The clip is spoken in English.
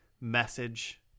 message